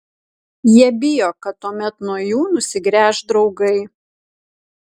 jie bijo kad tuomet nuo jų nusigręš draugai